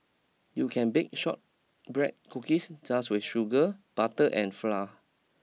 you can bake shortbread cookies just with sugar butter and flour